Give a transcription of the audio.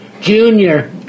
Junior